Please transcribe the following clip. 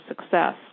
success